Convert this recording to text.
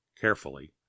carefully